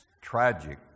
tragic